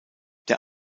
der